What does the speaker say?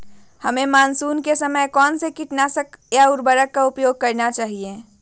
हमें मानसून के समय कौन से किटनाशक या उर्वरक का उपयोग करना चाहिए?